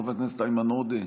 חבר הכנסת איימן עודה,